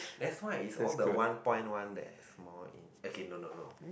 that's why is all the one point one that small in okay no no no